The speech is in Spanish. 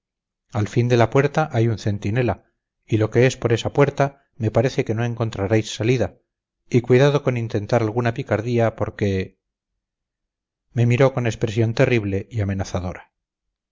al fin de la puerta hay un centinela y lo que es por esa puerta me parece que no encontraréis salida y cuidado con intentar alguna picardía porque me miró con expresión terrible y amenazadora